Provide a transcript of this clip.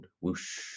whoosh